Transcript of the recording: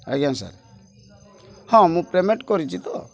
ଆଜ୍ଞା ସାର୍ ହଁ ମୁଁ ପେମେଣ୍ଟ କରିଛି ତ